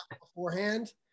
beforehand